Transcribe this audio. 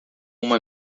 uma